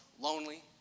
lonely